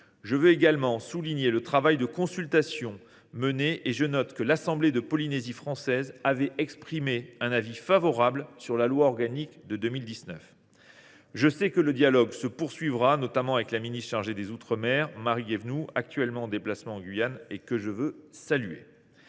Je veux également souligner le travail de consultation qui a été mené et je note que l’assemblée de la Polynésie française avait émis un avis favorable sur la loi organique de 2019. Je sais que le dialogue se poursuivra notamment avec la ministre déléguée chargée des outre mer, Marie Guévenoux, qui est actuellement en déplacement en Guyane et que je salue.